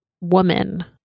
woman